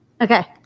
Okay